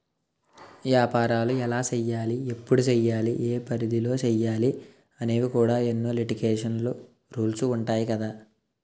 ఏపారాలు ఎలా సెయ్యాలి? ఎప్పుడు సెయ్యాలి? ఏ పరిధిలో సెయ్యాలి అనేవి కూడా ఎన్నో లిటికేషన్స్, రూల్సు ఉంటాయి కదా